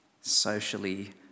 socially